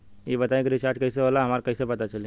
ई बताई कि रिचार्ज कइसे होला हमरा कइसे पता चली?